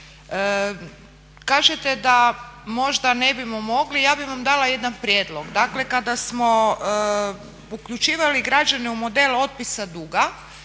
Kažete da možda ne bismo mogli, ja bi vam dala jedan prijedlog, dakle kada smo uključivali građane u model otpisa duga